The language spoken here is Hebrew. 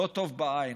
לא טוב בעין.